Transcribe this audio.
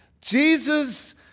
Jesus